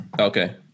Okay